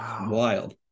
wild